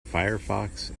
firefox